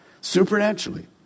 supernaturally